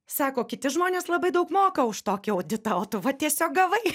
sako kiti žmonės labai daug moka už tokį auditą o tu va tiesiog gavai